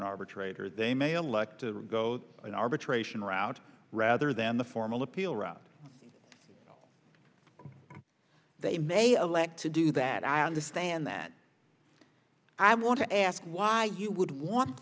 an arbitrator they may elect to go to an arbitration route rather than the formal appeal route they may alack to do that i understand that i want to ask why you would want